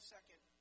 Second